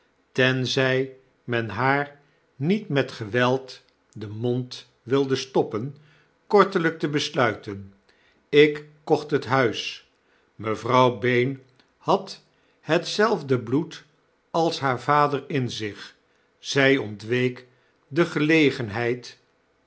tenzij men haar niet met geweld den mond wilde stoppen kortelijk te besluiten ik kocht het huis mevrouw bayne had hetzelfde bloed als haar vader in zich zy ontweek de gelegenheid